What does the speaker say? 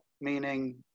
meaning